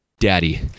Daddy